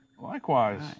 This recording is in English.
Likewise